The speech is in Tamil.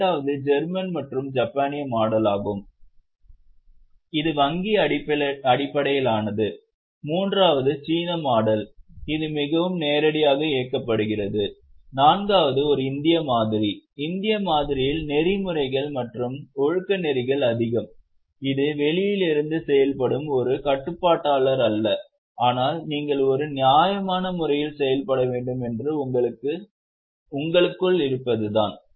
இரண்டாவது ஜேர்மன் அல்லது ஜப்பானிய மாடலாகும் இது வங்கி அடிப்படையிலானது மூன்றாவது சீன மாடல் இது மிகவும் நேரடியாக இயக்கப்படுகிறது நான்காவது ஒரு இந்திய மாதிரி இந்திய மாதிரியில் நெறிமுறைகள் மற்றும் ஒழுக்கநெறிகள் அதிகம் இது வெளியில் இருந்து செயல்படும் ஒரு கட்டுப்பாட்டாளர் அல்ல ஆனால் நீங்கள் ஒரு நியாயமான முறையில் செயல்பட வேண்டும் என்று உங்களுக்குள் இருப்பதுதான்